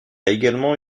également